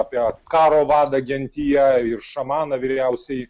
apie karo vadą gentyje ir šamaną vyriausiąjį